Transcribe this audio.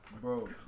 bro